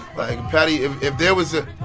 like, patti if if there was a.